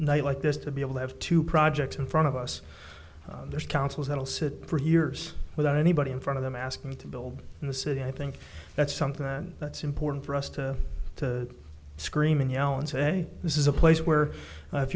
night like this to be able to have two projects in front of us there's councils that will sit for years without anybody in front of them ask them to build in the city i think that's something that's important for us to to scream and yell and say this is a place where if